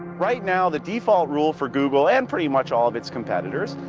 right now the default rule for google, and pretty much all of its competitors,